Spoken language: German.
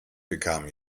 bekam